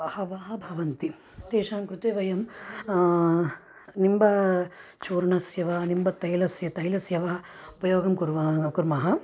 बहवः भवन्ति तेषां कृते वयं निम्बचूर्णस्य वा निम्बतैलस्य तैलस्य वा उपयोगं कुर्मः कुर्मः